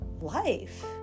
life